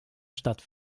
stadt